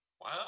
wow